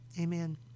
Amen